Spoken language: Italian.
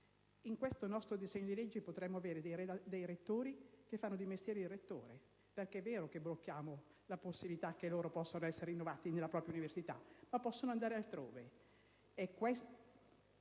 in questo nostro disegno di legge potremmo avere dei rettori che fanno di mestiere il rettore, perché, se è vero che blocchiamo la possibilità che siano rinnovati nella propria università, possono però andare altrove.